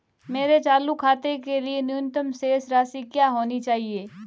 मेरे चालू खाते के लिए न्यूनतम शेष राशि क्या होनी चाहिए?